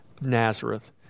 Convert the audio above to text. Nazareth